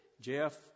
Jeff